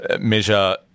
measure